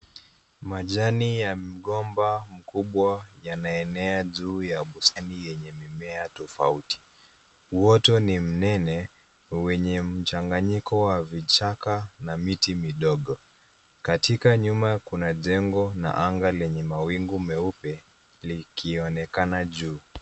Majani ya mgomba mkubwa yanaenea juu ya bustani yenye mimea tofauti. Uoto ni mnene, wenye mchanganyiko wa vichaka na miti midogo. Katika nyuma kuna jengo na anga lenye mawingu meupe, likionekana juu.